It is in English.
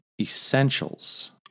essentials